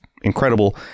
incredible